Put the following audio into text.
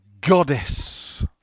goddess